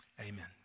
amen